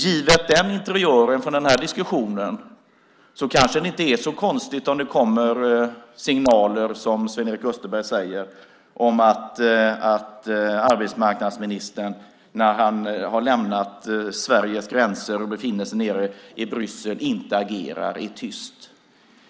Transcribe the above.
Givet den interiören från den här diskussionen kanske det inte är så konstigt om det kommer signaler, som Sven-Erik Österberg säger, om att arbetsmarknadsministern, när han har lämnat Sveriges gränser och befinner sig nere i Bryssel, inte agerar, är tyst.